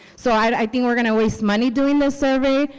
so i think we are going to waste money doing this survey.